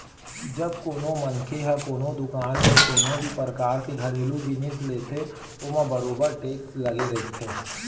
जब कोनो मनखे ह कोनो दुकान ले कोनो भी परकार के घरेलू जिनिस लेथे ओमा बरोबर टेक्स लगे रहिथे